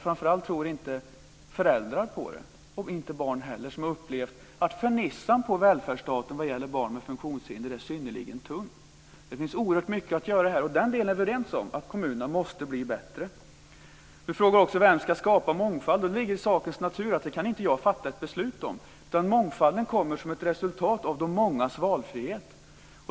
Framför allt tror inte föräldrar på det, och inte barn heller, som har upplevt att fernissan på välfärdsstaten vad gäller barn med funktionshinder är synnerligen tunn. Det finns oerhört mycket att göra här, och den delen är vi överens om: Kommunerna måste bli bättre. Torgny Danielsson frågar också vem som ska skapa mångfald, men det ligger i sakens natur att jag inte kan fatta beslut om det. Mångfalden kommer som ett resultat av de mångas valfrihet.